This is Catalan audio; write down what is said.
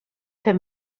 fer